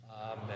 Amen